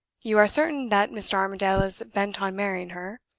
you are certain that mr. armadale is bent on marrying her.